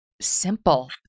simple